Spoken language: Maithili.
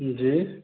जी